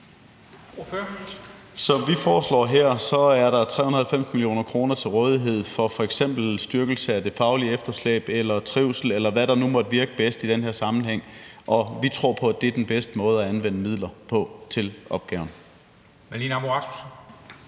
Som vi foreslår her, er der 390 mio. kr. til rådighed til f.eks. styrkelse af det faglige efterslæb eller trivsel, eller hvad der nu måtte virke bedst i den her sammenhæng, og vi tror på, det er den bedste måde at anvende midler på til opgaven.